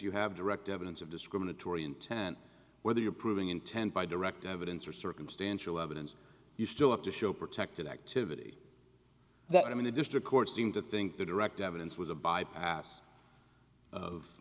you have direct evidence of discriminatory intent whether you're proving intent by direct evidence or circumstantial evidence you still have to show protected activity that i mean the district court seemed to think the direct evidence was a bypass of